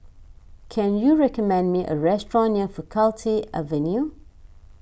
can you recommend me a restaurant near Faculty Avenue